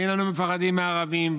אין אנו מפחדים מהערבים,